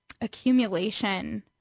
accumulation